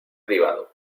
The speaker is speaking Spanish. privado